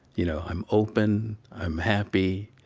you know, i'm open, i'm happy,